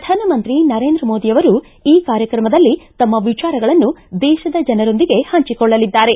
ಪ್ರಧಾನಮಂತ್ರಿ ನರೇಂದ್ರ ಮೋದಿ ಅವರು ಈ ಕಾರ್ಯಕ್ರಮದಲ್ಲಿ ತಮ್ಮ ವಿಚಾರಗಳನ್ನು ದೇಶದ ಜನರೊಂದಿಗೆ ಹಂಚಿಕೊಳ್ಳಲಿದ್ದಾರೆ